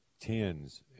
tens